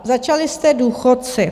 Začali jste důchodci.